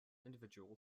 individual